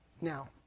Now